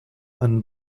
and